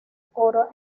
coro